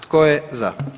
Tko je za?